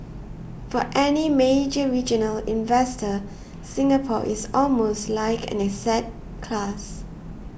for any major regional investor Singapore is almost like an asset class